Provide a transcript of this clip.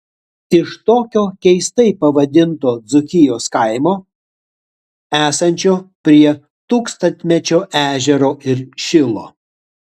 iš tokio keistai pavadinto dzūkijos kaimo esančio prie tūkstantmečio ežero ir šilo